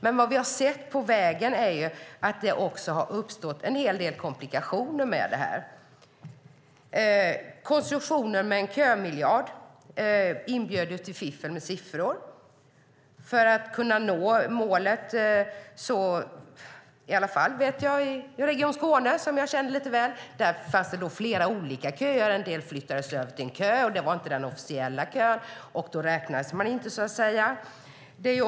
Men vad vi har sett på vägen är att det också har uppstått en hel del komplikationer med det här. Konstruktionen med en kömiljard inbjöd till fiffel med siffror för att man skulle kunna nå målet. Jag känner till Region Skåne ganska väl. Där fanns det flera olika köer. En del flyttades över till en kö som inte var den officiella kön, och då räknades man inte, så att säga.